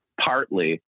partly